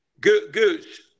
Goose